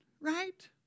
right